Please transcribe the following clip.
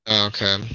Okay